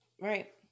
Right